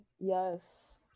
yes